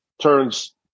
turns